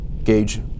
gauge